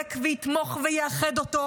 שיחבק ויתמוך ויאחד אותו,